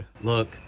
Look